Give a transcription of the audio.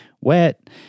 wet